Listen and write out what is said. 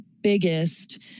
biggest